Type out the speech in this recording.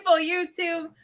YouTube